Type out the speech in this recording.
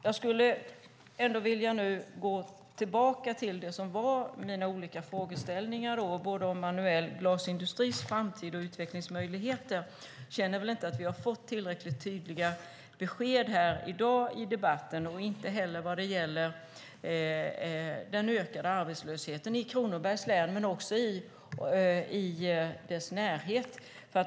Jag skulle vilja gå tillbaka till mina frågeställningar, både om den manuella glasindustrins framtid och om utvecklingsmöjligheter. Jag känner inte att vi har fått tillräckligt tydliga besked här i dag i debatten och inte heller vad gäller den ökade arbetslösheten i Kronobergs län och i dess närhet.